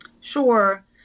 Sure